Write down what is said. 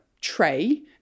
tray